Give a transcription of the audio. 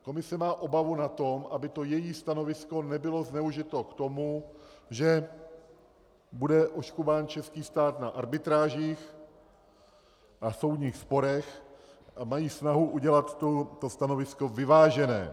Komise má obavu z toho, aby její stanovisko nebylo zneužito k tomu, že bude oškubán český stát na arbitrážích a soudních sporech, a mají snahu udělat to stanovisko vyvážené.